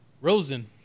Rosen